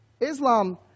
Islam